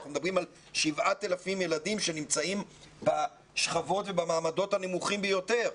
אנחנו מדברים על 7,000 ילדים שנמצאים בשכבות ובמעמדות הנמוכים ביותר.